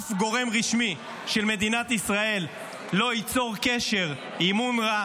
אף גורם רשמי של מדינת ישראל לא ייצור קשר עם אונר"א,